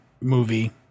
movie